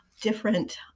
different